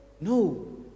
no